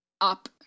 up